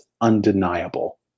undeniable